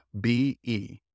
B-E